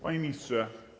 Panie Ministrze!